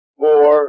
four